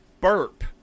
burp